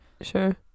Sure